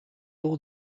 all